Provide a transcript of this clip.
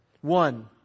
One